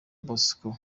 bosco